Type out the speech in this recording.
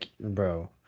bro